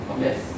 Yes